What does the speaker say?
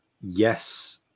yes